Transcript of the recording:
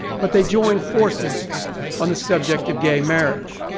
but they joined forces on the subject of gay marriage.